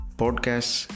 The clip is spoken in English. podcasts